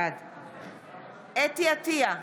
בעד חוה אתי עטייה,